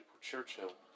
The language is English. Churchill